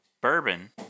bourbon